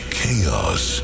chaos